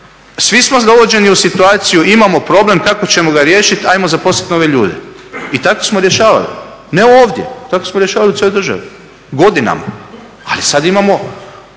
svi smo dovođeni u situaciju imamo problem, kako ćemo ga riješiti, hajmo zaposliti nove ljude i tako smo rješavali ne ovdje, tako smo rješavali u cijeloj državi godinama. Ali sad imamo,